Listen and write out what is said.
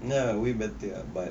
ya way better ah but